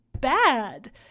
bad